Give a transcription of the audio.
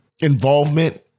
Involvement